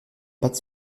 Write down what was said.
pattes